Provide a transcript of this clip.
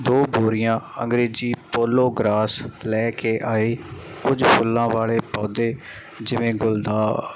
ਦੋ ਬੋਰੀਆਂ ਅੰਗਰੇਜ਼ੀ ਪੋਲੋਗਰਾਸ ਲੈ ਕੇ ਆਏ ਕੁਝ ਫੁੱਲਾਂ ਵਾਲੇ ਪੌਦੇ ਜਿਵੇਂ ਗੁਲਦਾ